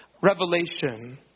revelation